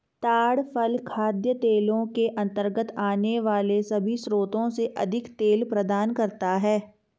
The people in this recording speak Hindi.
ताड़ फल खाद्य तेलों के अंतर्गत आने वाले सभी स्रोतों से अधिक तेल प्रदान करता है